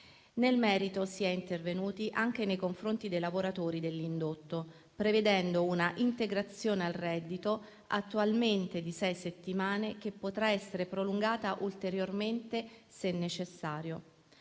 Nel merito, si è intervenuti anche nei confronti dei lavoratori dell'indotto, prevedendo una integrazione al reddito, attualmente di sei settimane, che potrà essere prolungata ulteriormente, se necessario.